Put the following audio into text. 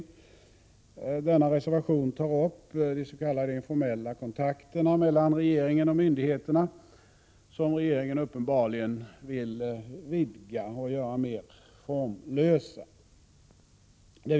I denna reservation berörs de s.k. informella kontakterna mellan regeringen och myndigheterna, vilka regeringen uppenbarligen vill vidga och göra mer formlösa.